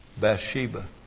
Bathsheba